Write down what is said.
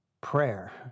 Prayer